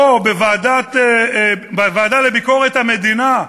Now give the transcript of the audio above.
או בוועדה לביקורת המדינה,